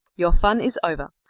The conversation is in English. your fun is over.